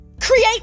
create